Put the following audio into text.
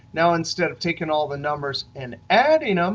now, instead of taking all the numbers and adding them,